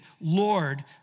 Lord